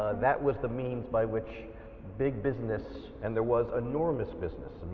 that was the means by which big business and there was enormous business.